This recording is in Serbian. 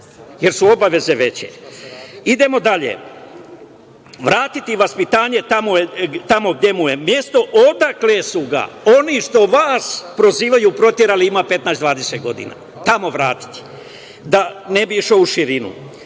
jer su obaveze veće. Idemo dalje. Vratiti vaspitanje tamo gde mu je mesto, odakle su ga oni što vas prozivaju proterali, ima 15-20 godina. Tamo vratiti. Da ne bih išao u